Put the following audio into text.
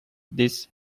this